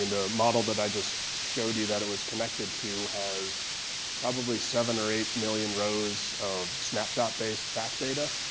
and the model that i just showed you that it was connected to has probably seven or eight million rows of snapshot-based fact data.